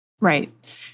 Right